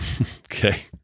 Okay